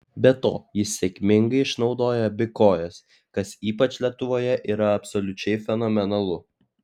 be to jis sėkmingai išnaudoja abi kojas kas ypač lietuvoje yra absoliučiai fenomenalu